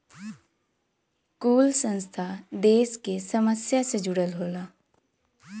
कुल संस्था देस के समस्या से जुड़ल होला